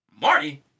Marty